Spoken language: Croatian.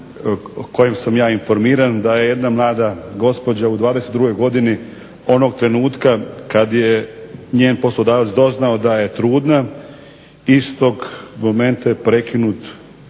kojem sam ja informiran da je jedna mlada gospođa u 22. godini onog trenutka kad je njen poslodavac doznao da je trudna istog momenta je prekinut